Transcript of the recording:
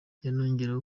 yanongeyeho